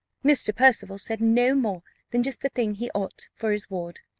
mr. percival said no more than just the thing he ought, for his ward.